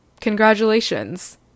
Congratulations